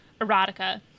erotica